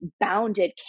bounded